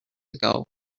ago